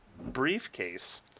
briefcase